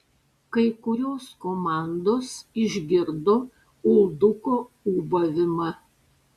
kai kurios komandos išgirdo ulduko ūbavimą